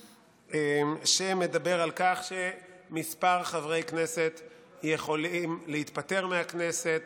שמדבר על כך שכמה חברי כנסת יכולים להתפטר מהכנסת